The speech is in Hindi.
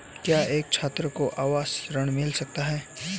क्या एक छात्र को आवास ऋण मिल सकता है?